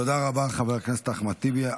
תודה רבה, חבר הכנסת אחמד טיבי.